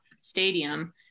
stadium